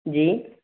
जी